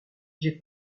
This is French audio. j’ai